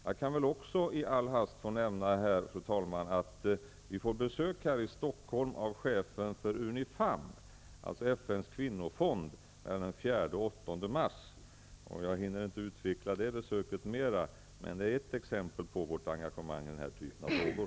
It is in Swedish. Jag vill också i all hast nämna, fru talman, att vi får besök i Stockholm av chefen för UNIFAM, alltså FN:s kvinnofond, den 4--8 mars. Jag hinner inte utveckla innehållet i besöket mer, men det är ett exempel på vårt engagemang i den här typen av frågor.